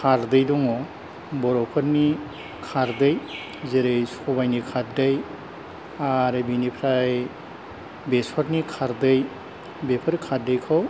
खारदै दङ बर'फोरनि खारदै जेरै सबायनि खारदै आरो बिनिफ्राय बेसरनि खारदै बेफोर खारदैखौ